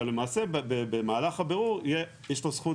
אבל למעשה במהלך הבירור יש לו זכות